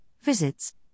visits